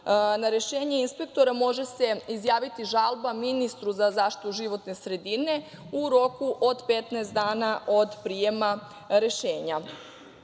Na rešenje inspektora može se izjaviti žalba ministru za zaštitu životne sredine u roku od 15 dana od prijema rešenja.U